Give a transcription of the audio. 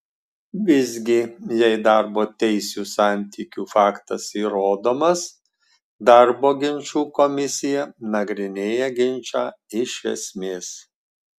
visgi jei darbo teisinių santykių faktas įrodomas darbo ginčų komisija nagrinėja ginčą iš esmės